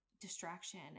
distraction